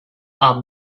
are